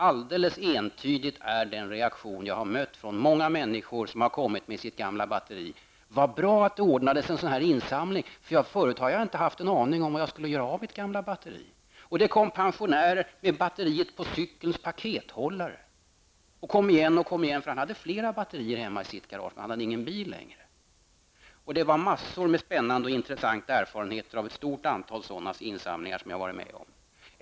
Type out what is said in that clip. Alldeles entydigt är den reaktion som jag har mött från många människor som kommit med sina gamla batterier: Vad bra att det ordnats en sådan här insamling, för förut har jag inte haft en aning om var jag skulle göra av mina gamla batterier. Det kom en pensionär med ett batteri på cykelns pakethållare. Han kom tillbaka gång på gång, eftersom han hade flera batterier hemma i sitt garage men inte någon bil längre. Jag har massor av spännande och intressanta erfarenheter från ett stort antal sådana insamlingar som jag har varit med om.